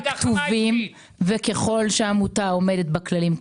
ככל שהעמותה עומדת בכללים,